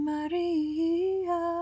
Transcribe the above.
Maria